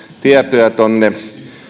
tietoja tuonne